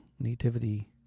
Nativity